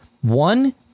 One